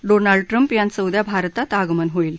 Donald Trump यांचं उद्या भारतात आगमन होईल